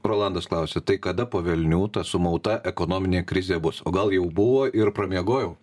rolandas klausia tai kada po velnių ta sumauta ekonominė krizė bus o gal jau buvo ir pramiegojau